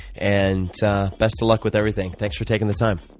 and best of luck with everything. thanks for taking the time.